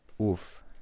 Oof